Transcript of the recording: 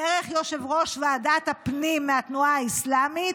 דרך יושב-ראש ועדת הפנים מהתנועה האסלאמית,